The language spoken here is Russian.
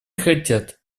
хотят